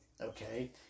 okay